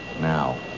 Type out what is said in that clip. Now